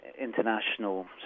international